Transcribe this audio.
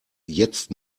jetzt